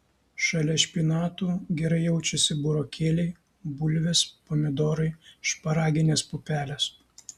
šalia špinatų gerai jaučiasi burokėliai bulvės pomidorai šparaginės pupelės